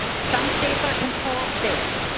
some states are control states.